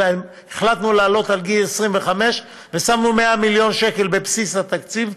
והחלטנו להעלות עד גיל 25. שמנו 100 מיליון שקל בבסיס התקציב.